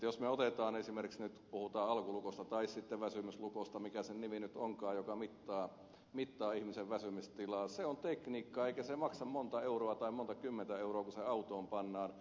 jos me nyt puhumme esimerkiksi alkolukosta tai väsymyslukosta mikä sen nimi nyt onkaan joka mittaa ihmisen väsymistilaa se on tekniikkaa eikä se maksa monta euroa tai monta kymmentä euroa kun se autoon pannaan